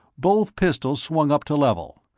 both pistols swung up to level.